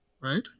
right